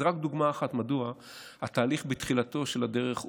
זו רק דוגמה אחת מדוע התהליך בתחילתו של הדרך קלוקל,